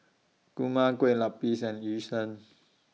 Kurma Kueh Lapis and Yu Sheng